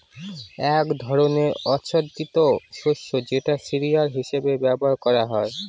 এক ধরনের আচ্ছাদিত শস্য যেটা সিরিয়াল হিসেবে ব্যবহার করা হয়